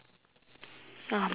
ah my hand